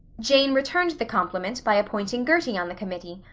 jane returned the compliment by appointing gertie on the committee,